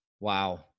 Wow